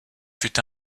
fut